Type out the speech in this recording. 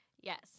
yes